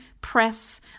press